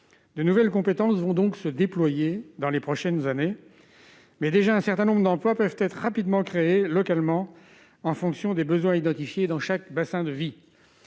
de nouvelles compétences vont donc se déployer dans les prochaines années, mais déjà un certain nombre d'emplois peuvent être rapidement créée localement en fonction des besoins identifiés dans chaque bassin de vie,